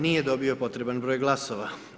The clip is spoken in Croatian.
Nije dobio potreban broj glasova.